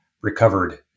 recovered